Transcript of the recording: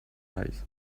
eyes